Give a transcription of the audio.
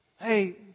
Hey